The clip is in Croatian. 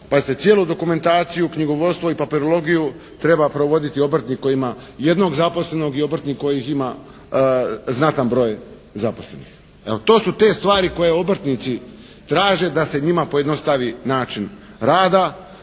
Pazite, cijelu dokumentaciju, knjigovodstvo i papirologiju treba provoditi obrtnik koji ima jednog zaposlenog i obrtnik koji ih ima znatan broj zaposlenih. Evo, to su te stvari koje obrtnici traže da se njima pojednostavi način rada,